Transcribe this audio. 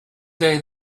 day